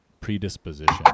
predisposition